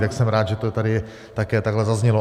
Tak jsem rád, že to tady také takhle zaznělo.